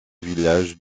village